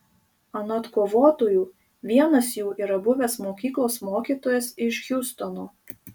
anot kovotojų vienas jų yra buvęs mokyklos mokytojas iš hjustono